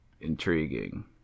Intriguing